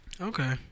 Okay